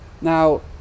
Now